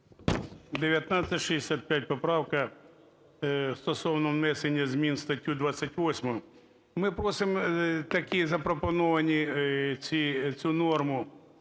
1965 поправка, стосовно внесення змін у статтю 28. Ми просимо такі запропоновані… цю норму,